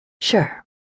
Sure